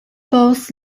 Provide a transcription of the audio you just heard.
both